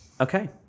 Okay